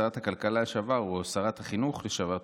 שרת הכלכלה לשעבר ו/או שרת החינוך לשעבר,